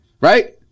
Right